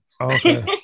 Okay